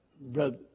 Brother